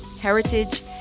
heritage